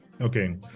Okay